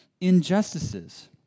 injustices